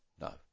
No